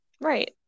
Right